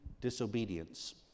disobedience